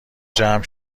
جمع